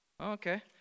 Okay